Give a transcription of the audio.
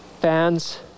Fans